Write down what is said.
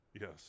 Yes